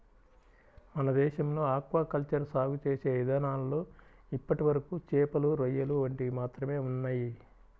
మన దేశంలో aquaculture సాగు చేసే ఇదానాల్లో ఇప్పటివరకు చేపలు, రొయ్యలు వంటివి మాత్రమే ఉన్నయ్